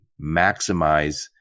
maximize